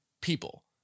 people